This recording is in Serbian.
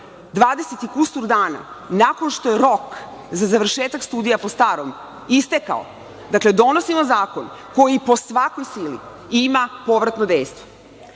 i kusur dana, nakon što je rok za završetak studija po starom istekao, dakle donosimo zakon koji po svakoj sili ima povratno dejstvo. Mi